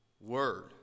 word